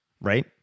right